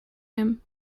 him